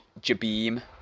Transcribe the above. Jabim